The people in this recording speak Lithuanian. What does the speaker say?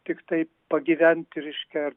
tiktai pagyventi reiškia